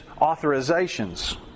authorizations